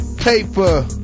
paper